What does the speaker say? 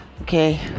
okay